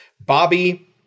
Bobby